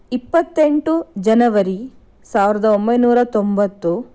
ಇಪ್ಪತ್ತೆಂಟು ಜನವರಿ ಸಾವಿರದ ಒಂಬೈನೂರ ತೊಂಬತ್ತು